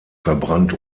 verbrannt